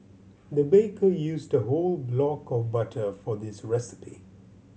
the baker used a whole block of butter for this recipe